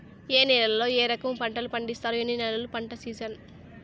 ఏ నేలల్లో ఏ రకము పంటలు పండిస్తారు, ఎన్ని నెలలు పంట సిజన్?